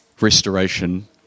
Restoration